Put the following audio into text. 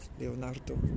Leonardo